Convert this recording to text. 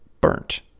burnt